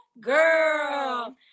girl